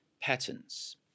patterns